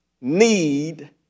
need